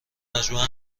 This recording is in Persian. مجموعه